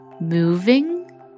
moving